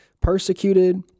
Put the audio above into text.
persecuted